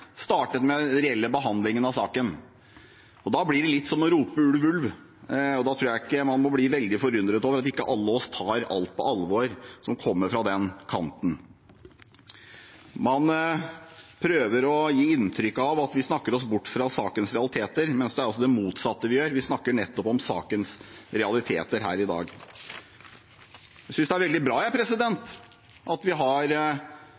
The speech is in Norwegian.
startet med den reelle behandlingen av saken. Da blir det litt som å rope ulv ulv. Da tror jeg ikke man må bli veldig forundret over at ikke alle vi tar alt som kommer fra den kanten på alvor. Man prøver å gi inntrykk av at vi snakker oss bort fra sakens realiteter, mens det er det motsatte vi gjør – vi snakker nettopp om sakens realiteter her i dag. Jeg synes det er veldig bra at vi har